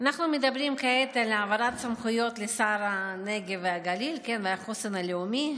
אנחנו מדברים כעת על העברת סמכויות לשר הנגב והגליל והחוסן הלאומי,